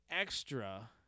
extra